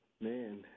Man